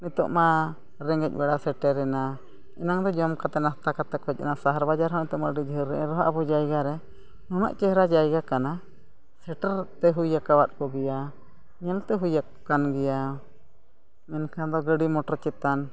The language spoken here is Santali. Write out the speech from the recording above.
ᱱᱤᱛᱚᱜᱼᱢᱟ ᱨᱮᱸᱜᱮᱡ ᱵᱮᱲᱟ ᱥᱮᱴᱮᱨᱮᱱᱟ ᱮᱱᱟᱝ ᱫᱚ ᱡᱚᱢ ᱠᱟᱛᱮᱫ ᱱᱟᱥᱛᱟ ᱠᱟᱛᱮᱫ ᱠᱚ ᱦᱮᱡ ᱥᱟᱦᱟᱨ ᱵᱟᱡᱟᱨ ᱦᱚᱸ ᱱᱤᱛᱚᱜᱼᱢᱟ ᱟᱹᱰᱤ ᱡᱷᱟᱹᱞ ᱨᱮ ᱮᱱᱨᱮᱦᱚᱸ ᱟᱵᱚ ᱡᱟᱭᱜᱟ ᱨᱮ ᱱᱩᱱᱟᱹᱜ ᱪᱮᱦᱨᱟ ᱡᱟᱭᱜᱟ ᱠᱟᱱᱟ ᱥᱮᱴᱮᱨ ᱛᱮ ᱦᱩᱭ ᱟᱠᱟᱫ ᱠᱚᱜᱮᱭᱟ ᱧᱮᱞᱛᱮ ᱦᱩᱭᱩᱜ ᱠᱟᱱᱜᱮᱭᱟ ᱢᱮᱱᱠᱷᱟᱱ ᱫᱚ ᱜᱟᱹᱰᱤ ᱢᱚᱴᱚᱨ ᱪᱮᱛᱟᱱ